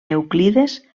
euclides